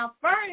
first